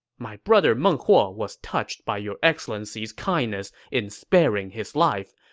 my brother meng huo was touched by your excellency's kindness in sparing his life.